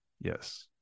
yes